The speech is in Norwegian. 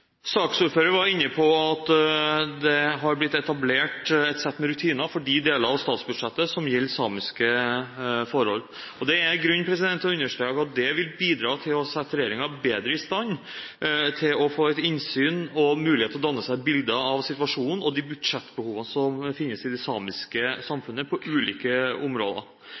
var inne på at det har blitt etablert et sett med rutiner for de deler av statsbudsjettet som gjelder samiske forhold. Det er grunn til å understreke at det vil bidra til å sette regjeringen bedre i stand til å få innsyn i og mulighet til å danne seg et bilde av situasjonen og de budsjettbehovene som finnes i det samiske samfunnet på ulike områder.